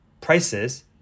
prices